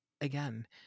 again